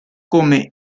come